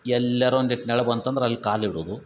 ಎಲ್ಯಾರೂ ಒಂದೀಟು ನೆರ್ಳ ಬಂತಂದ್ರೆ ಅಲ್ಲಿ ಕಾಲಿಡುವುದು